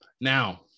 Now